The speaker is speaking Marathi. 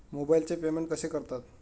मोबाइलचे पेमेंट कसे करतात?